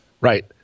Right